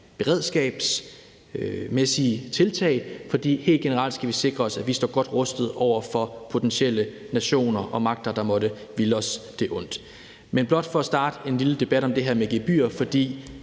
beredskabsmæssige tiltag, for helt generelt skal vi sikre os, at vi står godt rustet over for nationer og magter, der potentielt måtte ville os det ondt. Det er blot for at starte en lille debat om det her med gebyrer, for